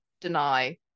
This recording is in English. deny